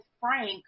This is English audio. Frank